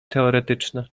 teoretyczne